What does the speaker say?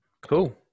Cool